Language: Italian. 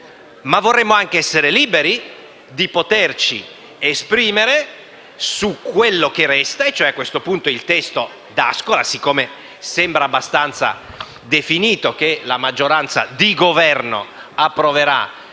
Vorremmo essere liberi di poterci esprimere su quello che resta e cioè, a questo punto, il testo D'Ascola, dato che sembra abbastanza definito che la maggioranza di Governo approverà